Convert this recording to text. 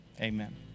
Amen